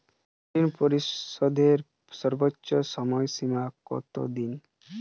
ঋণ পরিশোধের সর্বোচ্চ সময় সীমা কত দিন?